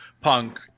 punk